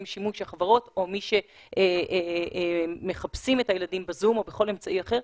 שימוש החברות או מי שמחפשים את הילדים בזום או בכל אמצעי אחר,